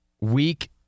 weak